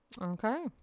Okay